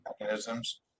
mechanisms